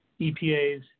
EPAs